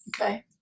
Okay